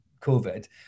covid